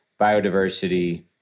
biodiversity